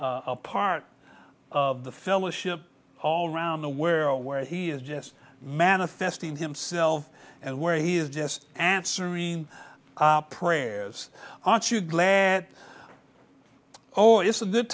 a part of the fellowship all around the where where he is just manifesting himself and where he is just answering prayers aren't you glad oh it's a good